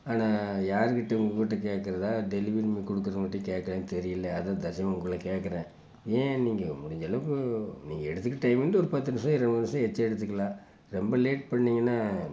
நான் யாருக்கிட்ட உங்கக்கிட்ட கேட்கறதா டெலிவரி கொடுக்கறவங்க்கிட்ட கேட்கறதான்னு தெரியல அதுதான் தற்சமயம் உங்களை கேட்கறேன் ஏன் நீங்கள் முடிஞ்சளவுக்கு நீங்கள் எடுத்துக்கிற டைம் வந்து ஒரு பத்து நிமிடம் இருபது நிமிடம் எச்சா எடுத்துக்கலாம் ரெம்ப லேட் பண்ணீங்கன்னால்